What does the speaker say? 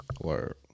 Word